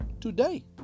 today